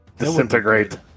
Disintegrate